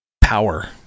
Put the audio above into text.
power